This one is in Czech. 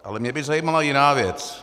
Ale mě by zajímala jiná věc.